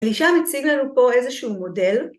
‫לישר מציג לנו פה איזשהו מודל.